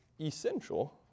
essential